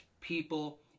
people